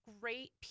great